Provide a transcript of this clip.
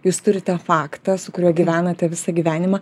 jūs turite faktą su kuriuo gyvenate visą gyvenimą